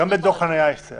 גם בדוח חניה יש את זה.